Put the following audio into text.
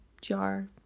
jar